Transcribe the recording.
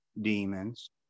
demons